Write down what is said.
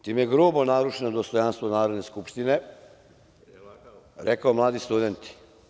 Time je grubo narušeno dostojanstvo Narodne skupštine, rekao mladi studenti.